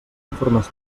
informes